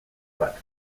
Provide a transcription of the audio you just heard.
bat